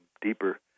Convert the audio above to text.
deeper